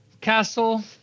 Castle